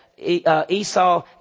Esau